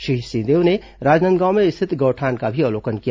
श्री सिंहदेव ने राजनांदगांव में स्थित गौठान का भी अवलोकन किया